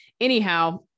anyhow